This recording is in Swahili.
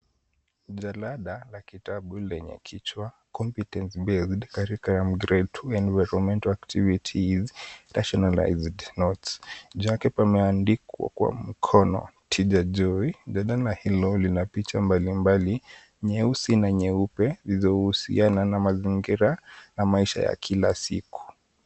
Jalada la kitabu lenye kichwa competence-based curriculum, Grade 2 environmental activities, rationalized notes [ca]. Juu yake pameandikwa na mkono tr. Joy. Jalada hilo lina picha mbali mbali nyeusi na nyeupe zilizohusiana na mazingira na maisha ya kila siku.